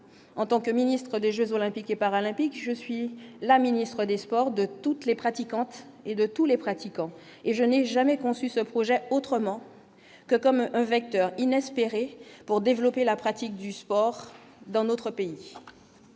en tant que ministre des Jeux olympiques et paralympiques je suis la ministre des Sports de toutes les pratiquantes et de tous les pratiquants et je n'ai jamais conçu ce projet autrement que comme un vecteur inespéré pour développer la pratique du sport dans notre pays,